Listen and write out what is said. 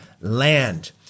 land